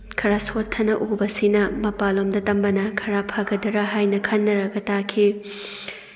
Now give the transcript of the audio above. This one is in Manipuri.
ꯈꯔ ꯁꯣꯠꯊꯅ ꯎꯕꯁꯤꯅ ꯃꯄꯥꯟ ꯂꯣꯝꯗ ꯇꯝꯕꯅ ꯈꯔ ꯐꯒꯗꯔꯥ ꯍꯥꯏꯅ ꯈꯟꯅꯔꯒ ꯇꯥꯈꯤ